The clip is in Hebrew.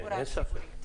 אין ספק.